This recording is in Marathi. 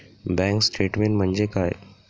बँक स्टेटमेन्ट म्हणजे काय?